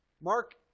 Mark